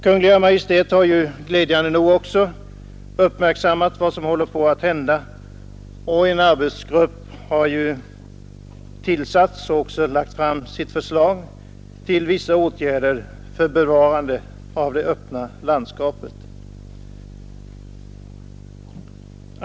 Kungl. Maj:t har glädjande nog också uppmärksammat vad som håller på att hända, och en arbetsgrupp har tillsatts och även lagt fram sitt förslag till vissa åtgärder för bevarandet av det öppna landskapet.